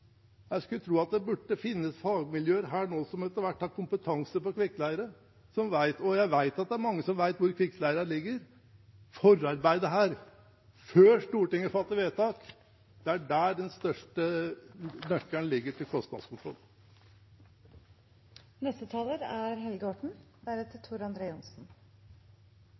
Jeg skulle tro at det burde finnes fagmiljøer her nå som etter hvert har kompetanse på kvikkleire, og jeg vet at det er mange som vet hvor kvikkleira ligger. Forarbeidet her, før Stortinget fatter vedtak, det er der den største nøkkelen ligger til kostnadskontroll. Dette er